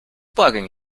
bugging